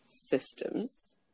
systems